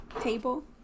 table